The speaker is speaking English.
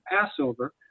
Passover